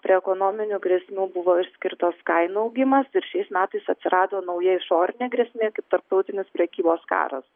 prie ekonominių grėsmių buvo išskirtos kainų augimas ir šiais metais atsirado nauja išorinė grėsmė kaip tarptautinis prekybos karas